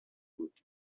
بود